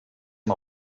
amb